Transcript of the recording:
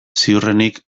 ziurrenik